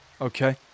Okay